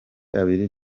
abiri